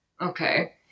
Okay